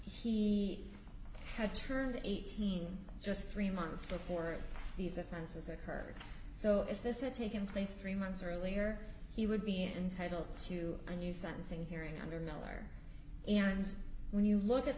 he had turned eighteen just three months before these offenses occurred so if this had taken place three months earlier he would be entitled to a new sentencing hearing under miller and when you look at